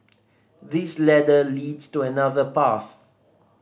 this ladder leads to another path